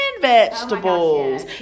vegetables